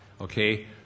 Okay